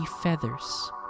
feathers